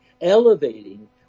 elevating